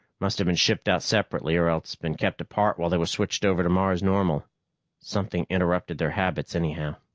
must have been shipped out separately or else been kept apart while they were switched over to mars-normal. something interrupted their habits, anyhow.